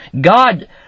God